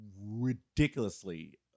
ridiculously